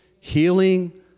healing